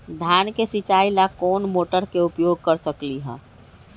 धान के सिचाई ला कोंन मोटर के उपयोग कर सकली ह?